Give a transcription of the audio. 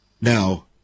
Now